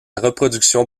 reproduction